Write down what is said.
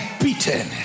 beaten